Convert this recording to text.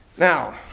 Now